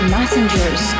Messengers